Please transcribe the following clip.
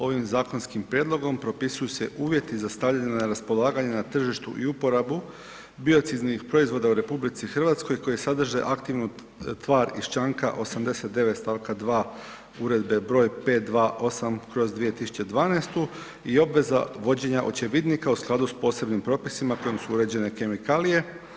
Ovim zakonskim prijedlogom propisuju se uvjeti za stavljanje na raspolaganje na tržištu i uporabu biocidnih proizvoda u RH koji sadrže aktivnu tvar iz čl. 89.st. 2. Uredbe br. 528/2012 i obveza vođenja očevidnika u skladu s posebnim propisima kojim su uređene kemikalije.